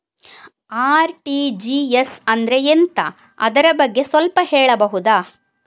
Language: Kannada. ಆರ್.ಟಿ.ಜಿ.ಎಸ್ ಅಂದ್ರೆ ಎಂತ ಅದರ ಬಗ್ಗೆ ಸ್ವಲ್ಪ ಹೇಳಬಹುದ?